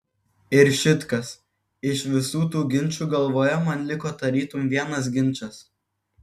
ir šit kas iš visų tų ginčų galvoje man liko tarytum vienas ginčas